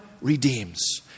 redeems